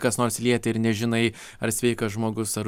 kas nors lietė ir nežinai ar sveikas žmogus ar